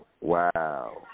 Wow